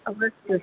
ಅವಶ್ಯ